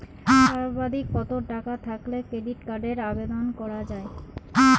সর্বাধিক কত টাকা থাকলে ক্রেডিট কার্ডের আবেদন করা য়ায়?